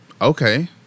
Okay